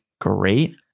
great